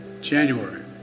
January